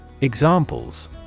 Examples